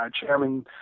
Chairman